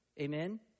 amen